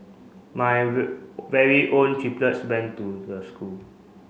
my very own triplets went to the school